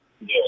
Yes